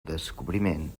descobriment